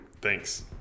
thanks